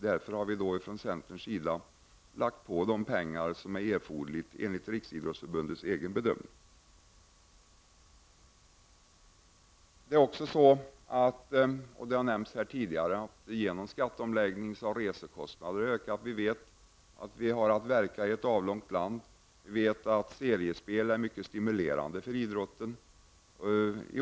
Därför har vi i centern föreslagit en höjning av anslaget till den nivå som Riksidrottsförbundet anser vara nödvändig. Det har också nämnts tidigare i debatten att på grund av skatteomläggningen har idrottsrörelsens resekostnader ökat. Vi har att verka i ett avlångt land, och vi vet att seriespel är mycket stimulerande för idrotten.